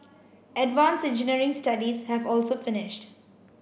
advance engineering studies have also finished